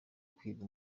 kwiga